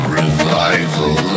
revival